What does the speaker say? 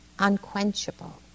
unquenchable